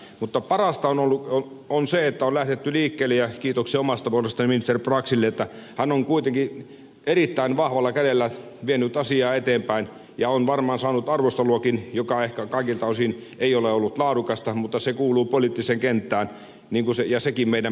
mutta parasta on se että on lähdetty liikkeelle ja kiitoksia omasta puolestani ministeri braxille että hän on kuitenkin erittäin vahvalla kädellä vienyt asiaa eteenpäin on varmaan saanut arvosteluakin joka ehkä kaikilta osin ei ole ollut laadukasta mutta se kuuluu poliittisen kenttään ja sekin meidän pitää hyväksyä